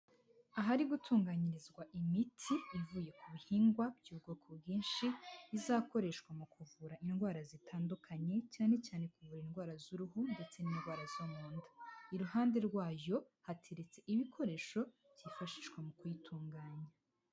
Ahari gutunganyirizwa imiti ivuye ku bihingwa by'ubwoko bwinshi izakoreshwa mu kuvura indwara zitandukanye, cyane cyane kuvura indwara z'uruhu ndetse n'indwara zo mu nda, iruhande rwayo hateretse ibikoresho byifashishwa mu kuyitunganya.